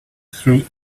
through